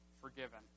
forgiven